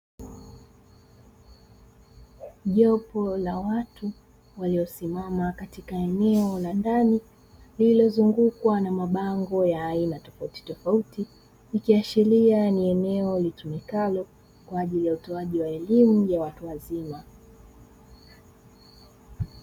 Jopo la watu waliosimama katika eneo la ndani lililozungukwa na mabango ya aina tofauti tofauti ikiashiria ni eneo litumikalo kwa ajili ya kutoa elimu ya watu wazima.